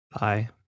Bye